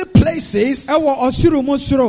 places